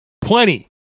Plenty